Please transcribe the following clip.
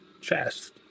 chest